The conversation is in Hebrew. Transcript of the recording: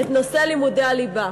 את נושא לימודי הליבה.